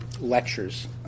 lectures